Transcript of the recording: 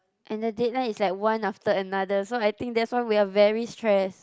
and the deadline is like one after another so I think that's why we are very stressed